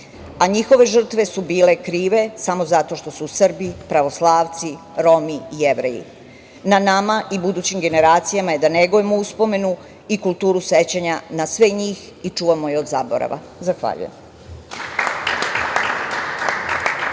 a njihove žrtve su bile krive samo zato što su Srbi, pravoslavci, Romi, Jevreji. Na nama i budućim generacijama je da negujemo uspomenu i kulturu sećanja na sve njih i čuvamo je od zaborava. Zahvaljujem.